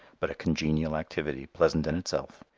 but a congenial activity pleasant in itself.